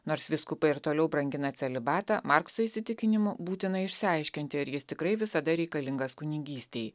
nors vyskupai ir toliau brangina celibatą markso įsitikinimu būtina išsiaiškinti ar jis tikrai visada reikalingas kunigystei